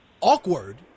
awkward